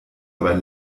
dabei